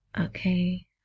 Okay